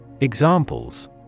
Examples